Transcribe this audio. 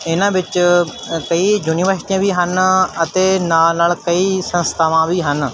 ਇਹਨਾਂ ਵਿੱਚ ਕਈ ਯੂਨੀਵਰਸਿਟੀਆਂ ਵੀ ਹਨ ਅਤੇ ਨਾਲ ਨਾਲ ਕਈ ਸੰਸਥਾਵਾਂ ਵੀ ਹਨ